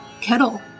Kettle